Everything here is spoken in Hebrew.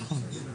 נכון.